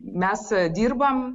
mes dirbam